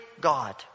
God